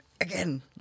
again